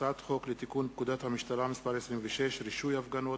הצעת חוק לתיקון פקודת המשטרה (מס' 26) (רישוי הפגנות),